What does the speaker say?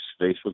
facebook